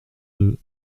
deux